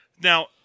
Now